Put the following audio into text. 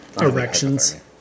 Erections